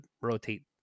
rotate